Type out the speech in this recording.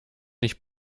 nicht